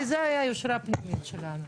כי זה היה יושרה פנימית שלנו.